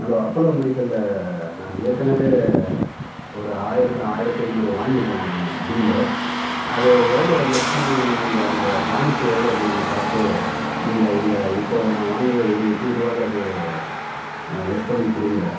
hello Apollo மெடிக்கலில் நான் ஏற்கனவே ஒரு ஆயிர ஆயிரத்தி ஐந்நூறு வாங்கியிருக்குறேன் நான் பில்லு அது எவ்வளோ லெஸ் பண்ணி நீங்கள் அந்த பாயிண்ட்ஸு எவ்வளோ இருக்குதுன்னு பார்த்து நீங்கள் இந்த இப்போது நான் வாங்கினது ஒரு எட்நூறுவாவில் அது லெஸ் பண்ணிக்கொடுங்க